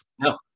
No